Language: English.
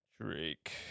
Drake